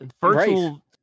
virtual